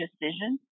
decision